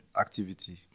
activity